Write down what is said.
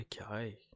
Okay